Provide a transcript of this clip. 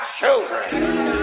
children